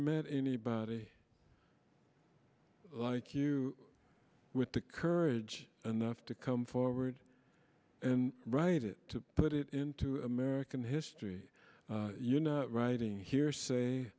met anybody like you with the courage enough to come forward and write it to put it into american history you know writing hearsay